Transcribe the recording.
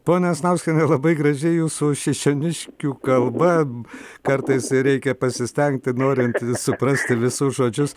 ponia asnauskiene labai gražiai jūsų šešeniškių kalba kartais reikia pasistengti norint suprasti visus žodžius